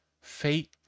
fate